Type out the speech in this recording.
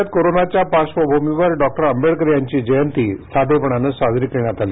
राज्यात कोरोनाच्या पार्श्वभूमीवर डॉक्टर आंबेडकर यांची जयंती साधेपणाने साजरी करण्यात आली